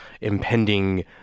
impending